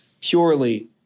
purely